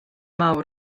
mawr